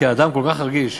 כאדם כל כך רגיש,